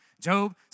Job